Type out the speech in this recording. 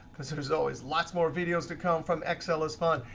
because there's always lots more videos to come from excel is fun,